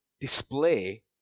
display